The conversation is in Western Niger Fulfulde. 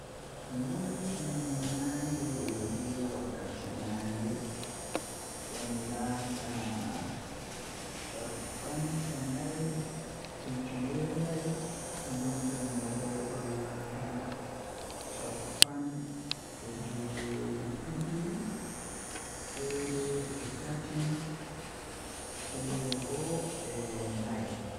Wuluki nange be wakkati nange don laata caappan e nay e jweenay nden jemma bo don laata cappan e jweetati e didi feere e tati feere e nay.